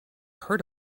heard